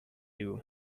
you